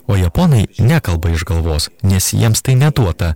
o japonai nekalba iš galvos nes jiems tai neduota